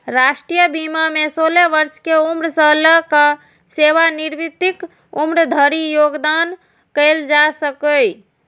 राष्ट्रीय बीमा मे सोलह वर्ष के उम्र सं लए कए सेवानिवृत्तिक उम्र धरि योगदान कैल जा सकैए